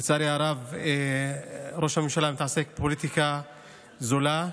לצערי הרב, ראש הממשלה מתעסק בפוליטיקה זולה.